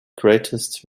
greatest